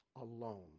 alone